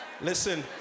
Listen